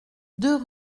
deux